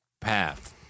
path